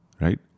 Right